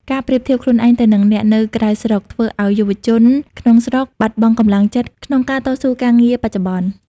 ការប្រៀបធៀបខ្លួនឯងទៅនឹងអ្នកនៅក្រៅស្រុក ធ្វើឱ្យយុវជនក្នុងស្រុកបាត់បង់ "កម្លាំងចិត្ត" ក្នុងការតស៊ូការងារបច្ចុប្បន្ន។